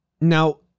Now